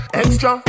extra